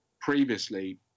previously